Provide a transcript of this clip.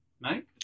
mate